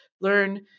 learn